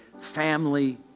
family